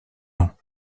ans